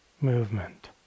Movement